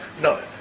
No